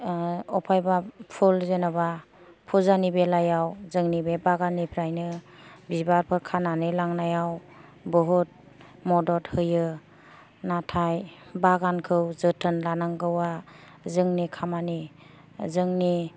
अफायबा फुल जेन'बा फुजानि बेलायाव जोंनि बे बागाननिफ्रायनो बिबारफोर खानानै लांनायाव बुहुथ मदद होयो नाथाय बागानखौ जोथोन लानांगौआ जोंनि खामानि जोंनि